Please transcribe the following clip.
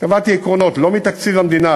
קבעתי עקרונות: לא מתקציב המדינה,